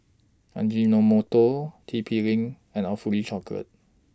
Ajinomoto T P LINK and Awfully Chocolate